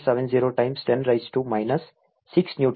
70 times 10 raise to minus 6 newton ಆಗಿದೆ